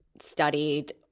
studied